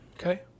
Okay